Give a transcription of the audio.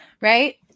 right